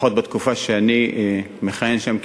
לפחות בתקופה שאני מכהן שם כשר,